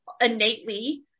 innately